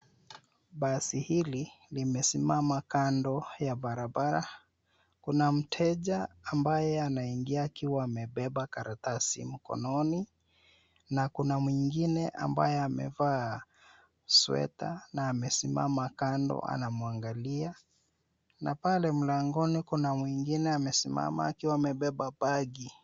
Basi hili limesimama kando ya barabara. Kuna mteja ambaye anaingia akiwa amebeba karatasi mkononi na kuna mwingine ambaye amevaa sweta na amesimama kando anamwangalia na pale mlangoni kuna mwingine amesimama akiwa amebeba bagi .